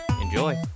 Enjoy